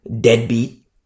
deadbeat